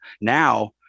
Now